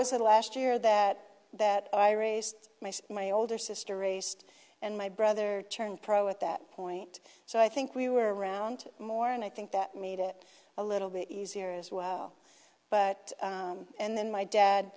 was the last year that that i raced my older sister raced and my brother turned pro at that point so i think we were around more and i think that made it a little bit easier as well but and then my dad